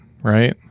right